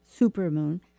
supermoon